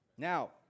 Now